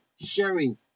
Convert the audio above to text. sharing